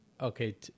okay